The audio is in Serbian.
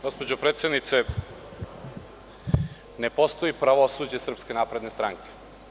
Gospođo predsednice, ne postoji pravosuđe Srpske napredne stranke.